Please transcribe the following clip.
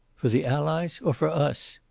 for the allies? or for us?